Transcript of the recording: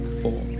four